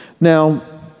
Now